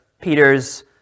Peter's